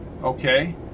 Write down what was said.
Okay